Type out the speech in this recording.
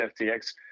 FTX